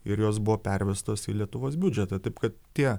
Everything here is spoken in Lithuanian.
ir jos buvo pervestos į lietuvos biudžetą taip kad tie